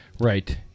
Right